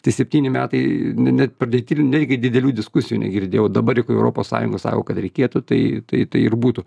tie septyni metai net pradėti ir netgi didelių diskusijų negirdėjau dabar juk europos sąjungos sao kad reikėtų tai tai ir būtų